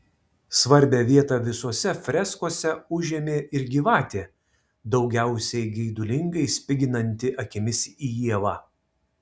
svarbią vietą visose freskose užėmė ir gyvatė daugiausiai geidulingai spiginanti akimis į ievą